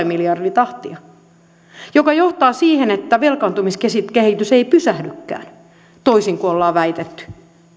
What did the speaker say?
miljardin tahtia joka johtaa siihen että velkaantumiskehitys ei pysähdykään toisin kuin ollaan väitetty